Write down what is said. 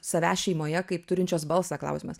savęs šeimoje kaip turinčius balsą klausimas